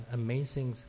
amazing